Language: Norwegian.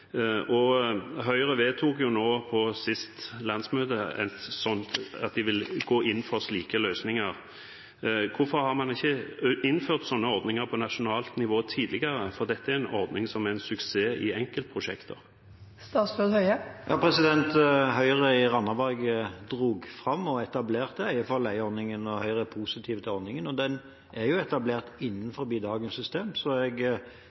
slike løsninger. Hvorfor har man ikke innført sånne ordninger på nasjonalt nivå tidligere, for dette er en ordning som er en suksess i enkeltprosjekter? Høyre i Randaberg dro fram og etablerte leie-for-eie-ordningen, og Høyre er positiv til ordningen. Den er etablert innenfor dagens system, så jeg